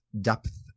depth